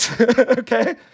okay